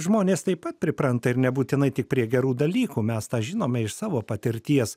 žmonės taip pat pripranta ir nebūtinai tik prie gerų dalykų mes tą žinome iš savo patirties